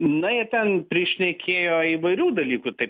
na jie ten prišnekėjo įvairių dalykų taip